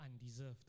undeserved